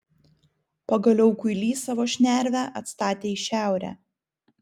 pagaliau kuilys savo šnervę atstatė į šiaurę